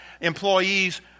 employees